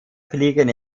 fliegen